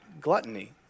gluttony